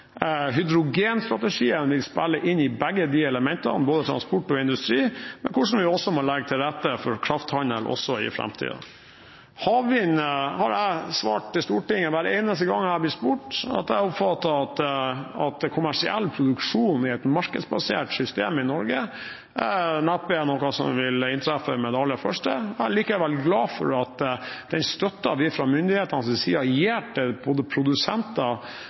hydrogenstrategien spiller inn i begge elementene, både transport og industri – men også hvordan vi må legge til rette for krafthandel også i framtiden. Angående havvind har jeg svart til Stortinget hver eneste gang jeg har blitt spurt, at jeg oppfatter at kommersiell produksjon i et markedsbasert system i Norge neppe er noe som vil inntreffe med det aller første. Jeg er likevel glad for at den støtten vi fra myndighetenes side gir til produsenter